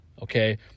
Okay